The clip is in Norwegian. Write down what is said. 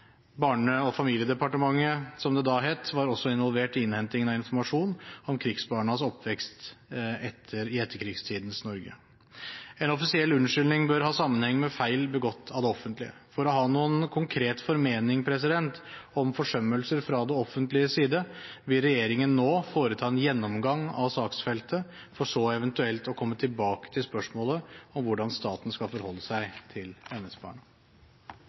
Barne- og familiedepartementet, som det da het, var også involvert i innhentingen av informasjon om krigsbarnas oppvekst i etterkrigstidens Norge. En offisiell unnskyldning bør ha sammenheng med feil begått av det offentlige. For å ha noen konkret formening om forsømmelser fra det offentliges side vil regjeringen nå foreta en gjennomgang av saksfeltet for så eventuelt å komme tilbake til spørsmålet om hvordan staten skal forholde seg til